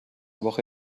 woche